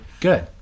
Good